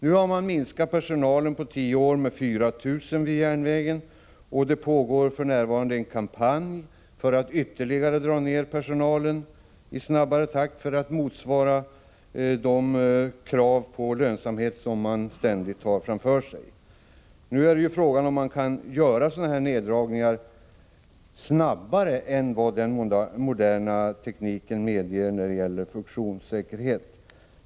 Personalen vid SJ har minskats med 4 000 på tio år, och en kampanj pågår f.n. för att ytterligare minska personalen i snabb takt för att motsvara de lönsamhetskrav som ställs. Nu är frågan om man kan göra denna neddragning snabbare än vad den moderna tekniken medger beträffande funktionssäkerhet.